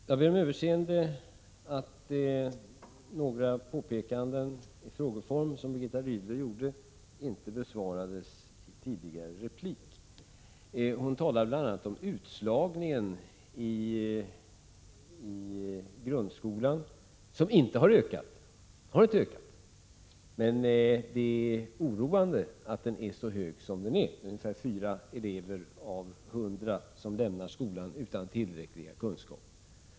Herr talman! Jag ber om överseende för att några påpekanden i frågeform som Birgitta Rydle gjorde inte besvarades i tidigare replik. Birgitta Rydle talade bl.a. om utslagningen i grundskolan. Jag vill betona att denna inte har ökat. Men det är oroande att den är så hög som den är. Ungefär 4 elever av 100 lämnar skolan utan tillräckliga kunskaper.